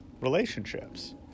relationships